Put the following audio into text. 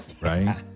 Right